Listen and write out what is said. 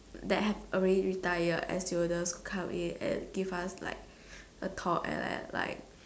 that have already retired air stewardess to come in and give us like a talk and like like